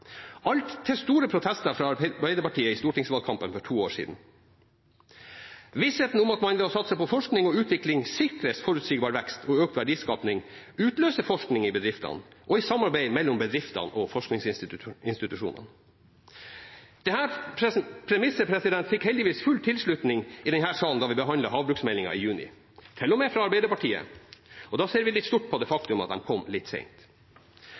alt til store protester fra Arbeiderpartiet i stortingsvalgkampen for to år siden. Vissheten om at man ved å satse på forskning og utvikling sikres forutsigbar vekst og økt verdiskaping, utløser forskning i bedriftene – og i samarbeid mellom bedriftene og forskningsinstitusjonene. Dette premisset fikk heldigvis full tilslutning i denne sal da vi behandlet havbruksmeldingen i juni – til og med fra Arbeiderpartiet. Da ser vi litt stort på det faktum at de kom litt sent.